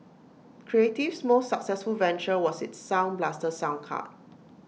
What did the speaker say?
creative's most successful venture was its sound blaster sound card